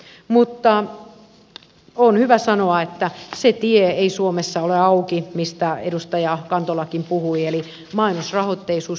mutta on hyvä sanoa että se tie ei ole suomessa auki mistä edustaja kantolakin puhui eli mainosrahoitteisuus